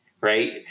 right